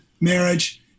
marriage